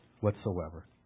whatsoever